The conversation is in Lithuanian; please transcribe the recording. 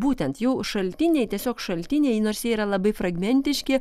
būtent jų šaltiniai tiesiog šaltiniai nors jie yra labai fragmentiški